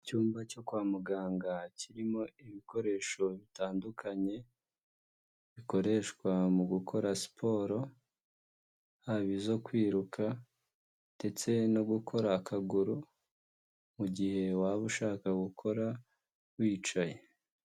Icyumba cyo kwa muganga kirimo ibikoresho bitandukanye bikoreshwa mu gukora siporo, haba izo kwiruka ndetse no gukora akaguru mu gihe waba ushaka gukora wicaye.